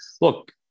look